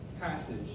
passage